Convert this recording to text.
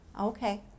Okay